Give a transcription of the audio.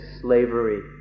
slavery